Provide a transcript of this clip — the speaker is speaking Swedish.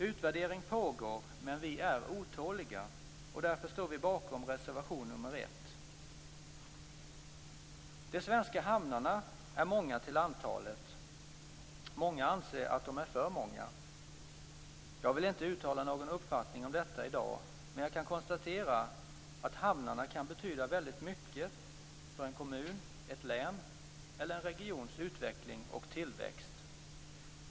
Utvärdering pågår, men vi är otåliga, och därför står vi bakom reservation nr 1. De svenska hamnarna är många till antalet. Många anser att de är för många. Jag vill inte uttala någon uppfattning om detta i dag, men jag kan konstatera att hamnarna kan betyda väldigt mycket för en kommuns, ett läns eller en regions utveckling och tillväxt.